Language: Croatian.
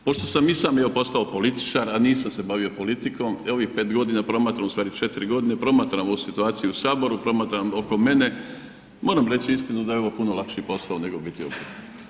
Pošto sam i sam postao političar, a nisam se bavio politikom ovih pet godina promatram ustvari četiri godine promatram ovu situaciju u saboru, promatram oko mene, moram reći istinu da je ovo puno lakši posao nego biti obrtnik.